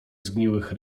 zgniłych